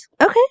Okay